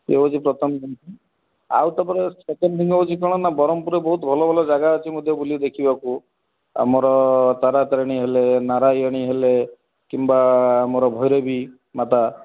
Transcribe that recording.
ଇଏ ହେଉଛି ପ୍ରଥମ ଦିନ ଆଉ ତୁମର ସେକେଣ୍ଡ ଦିନ ହେଉଛି କ'ଣ ନା ବ୍ରହ୍ମପୁରରେ ବହୁତ ଭଲ ଭଲ ଜାଗା ଅଛି ମଧ୍ୟ ବୁଲି ଦେଖିବାକୁ ଆମର ତାରା ତାରିଣୀ ହେଲେ ନାରାୟଣୀ ହେଲେ କିମ୍ବା ଆମର ଭୈରବୀ ମାତା